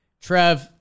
Trev